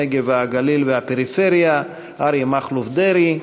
הנגב והגליל אריה מכלוף דרעי.